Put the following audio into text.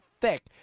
thick